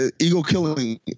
Ego-killing—